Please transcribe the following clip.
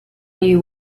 you